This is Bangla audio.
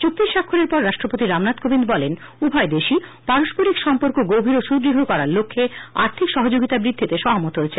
চুক্তি স্বাক্ষরের পর রাষ্ট্রপতি রামনাখ কোবিন্দ বলেন উভয়দেশই পারস্পরিক সম্পর্ক গভীর ও সুদূঢ করার লক্ষ্যে আর্থিক সহযোগিতা বৃদ্ধিতে সহমত হয়েছে